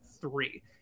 three